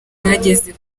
mwageze